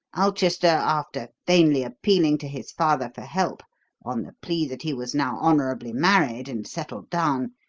ulchester, after vainly appealing to his father for help on the plea that he was now honourably married and settled down,